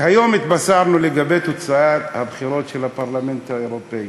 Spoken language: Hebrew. היום התבשרנו לגבי תוצאת הבחירות בפרלמנט האירופי,